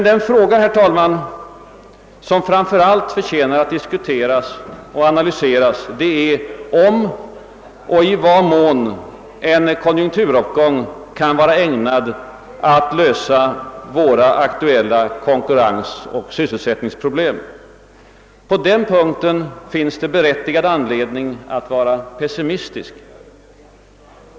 Den fråga, herr talman, som framför allt förtjänar att diskuteras och analyseras är, om och i vad mån en konjunk turuppgång kan vara ägnad att lösa våra aktuella konkurrensoch sysselsättningsproblem. På den punkten finns det berättigad anledning att var pessimistisk.